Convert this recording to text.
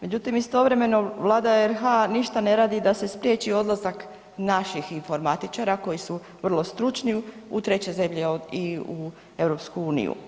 Međutim, istovremeno Vlada RH ništa ne radi da se spriječi odlazak naših informatičara koji su vrlo stručni u treće zemlje i u EU.